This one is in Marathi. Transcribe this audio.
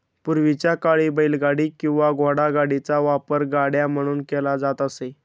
पूर्वीच्या काळी बैलगाडी किंवा घोडागाडीचा वापर गाड्या म्हणून केला जात असे